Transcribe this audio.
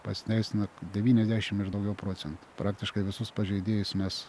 pasiteisina devyniasdešim ir daugiau procentų praktiškai visus pažeidėjus mes